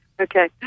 Okay